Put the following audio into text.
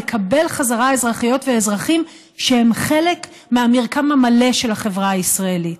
לקבל חזרה אזרחיות ואזרחים שהם חלק מהמרקם המלא של החברה הישראלית.